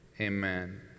amen